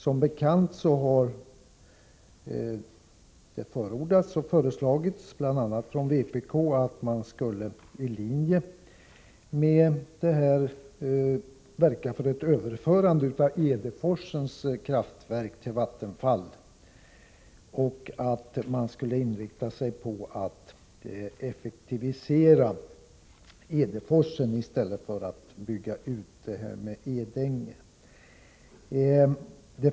Som bekant har det föreslagits, bl.a. från vpk, att man i linje med detta skulle verka för ett överförande av Edeforsens kraftverk till Vattenfall och att man skulle inrikta sig på att effektivisera Edeforsen i stället för att bygga ut Edänge.